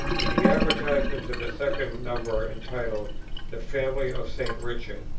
in the advertisement to the second number entitled the family of st. richard,